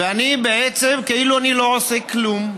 ואני בעצם כאילו לא עושה כלום,